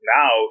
now